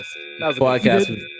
podcast